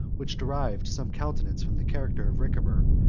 which derived some countenance from the character of ricimer,